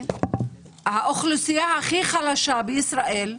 האוכלוסייה הכי חלשה בישראל,